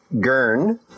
Gurn